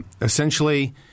Essentially